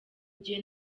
gihe